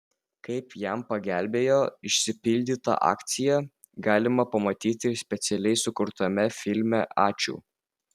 kaip jam pagelbėjo išsipildymo akcija galima pamatyti ir specialiai sukurtame filme ačiū